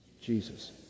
Jesus